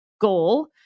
goal